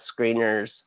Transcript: screeners